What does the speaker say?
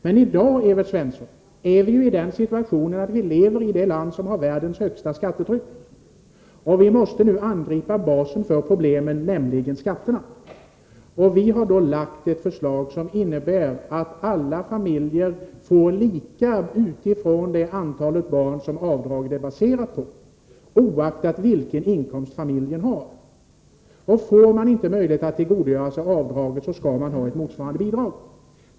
Men i dag, Evert Svensson, befinner vi oss i den situationen att vi lever i det land som har världens högsta skattetryck. Vi måste nu angripa basen för problemen, nämligen skatterna. Vi har då lagt ett förslag, som innebär att alla familjer får det lika utifrån det antal barn som avdraget är baserat på, oaktat vilken inkomst familjen har. Har man inte möjlighet att tillgodogöra sig avdraget, skall man ha ett motsvarande bidrag.